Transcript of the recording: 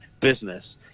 business